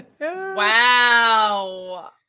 Wow